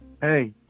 Hey